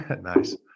nice